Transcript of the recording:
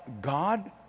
God